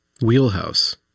wheelhouse